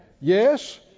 Yes